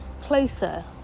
closer